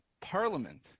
Parliament